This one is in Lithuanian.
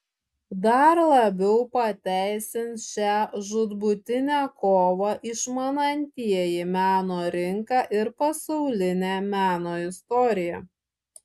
dar labiau pateisins šią žūtbūtinę kovą išmanantieji meno rinką ir pasaulinę meno istoriją